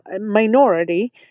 minority